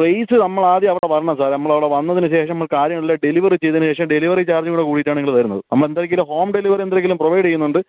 fees നമ്മൾ ആദ്യം അവിടെ വരണം സാർ നമ്മൾ അവിടെ വന്നതിന് ശേഷം കാര്യങ്ങൾ എല്ലാം ഡെലിവറി ചെയ്തതിന് ശേഷം ഡെലിവറി ചാർജ് കൂടെ കൂടിയിട്ടാണ് ഞങ്ങൾ തരുന്നത് നമ്മൾ എന്തെങ്കിലും ഹോം ഡെലിവറി എന്തെങ്കിലും പ്രൊവൈഡ് ചെയ്യുന്നുണ്ട്